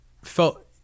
Felt